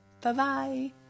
Bye-bye